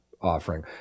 offering